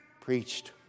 preached